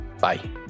Bye